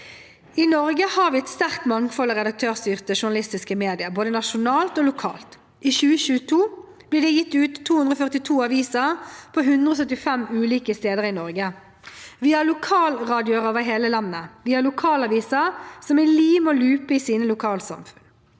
I Norge har vi et sterkt mangfold av redaktørstyrte journalistiske medier, både nasjonalt og lokalt. I 2022 ble det gitt ut 242 aviser på 175 ulike steder i Norge. Vi har lokalradioer over hele landet. Vi har lokalaviser som er lim og lupe i sine lokalsamfunn.